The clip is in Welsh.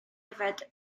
yfed